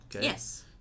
Yes